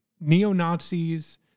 neo-nazis